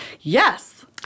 Yes